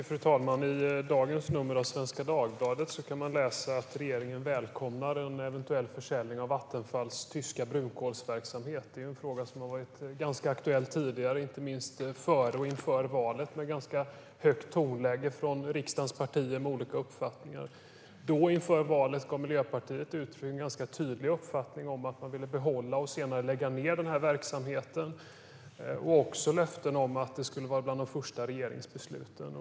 Fru talman! I dagens nummer av Svenska Dagbladet kan man läsa att regeringen välkomnar en eventuell försäljning av Vattenfalls tyska brunkolsverksamhet. Det är en fråga som har varit aktuell tidigare, inte minst inför valet, då det var ganska högt tonläge från riksdagens partier med olika uppfattningar i frågan. Inför valet gav Miljöpartiet uttryck för en ganska tydlig uppfattning att man vill behålla och senare lägga ned verksamheten, liksom man gav löfte om att detta skulle vara bland de första regeringsbesluten.